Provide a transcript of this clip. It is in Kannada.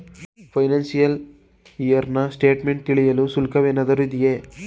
ಫೈನಾಶಿಯಲ್ ಇಯರ್ ನ ಸ್ಟೇಟ್ಮೆಂಟ್ ತಿಳಿಯಲು ಶುಲ್ಕವೇನಾದರೂ ಇದೆಯೇ?